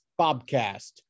Bobcast